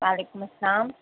وعلیکم السّلام